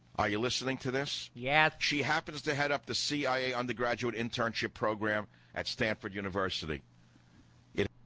are you listening to this yet? she happens to head up the cia undergraduate internship program at stanford university it